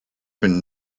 been